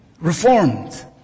reformed